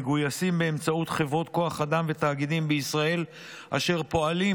מגויסים באמצעות חברות כוח אדם ותאגידים בישראל אשר פועלים